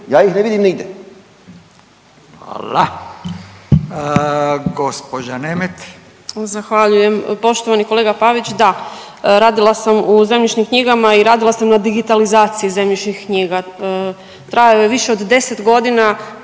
Gđa Nemet. **Nemet, Katarina (IDS)** Zahvaljujem. Poštovani kolega Pavić, da, radila sam u zemljišnim knjigama i radila sam na digitalizaciji zemljišnih knjiga, trajao je više od 10 godina